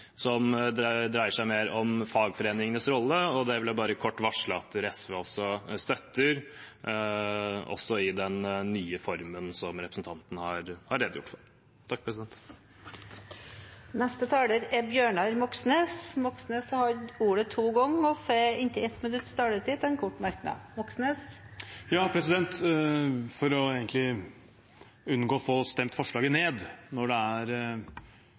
som dreier seg mer om fagforeningenes rolle. Det vil jeg bare kort varsle at SV støtter, også i den nye formen, som representanten har redegjort for. Representanten Bjørnar Moxnes har hatt ordet to ganger tidligere og får ordet til en kort merknad, begrenset til 1 minutt. For å unngå å få forslaget nedstemt, når det er